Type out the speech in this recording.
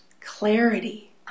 clarity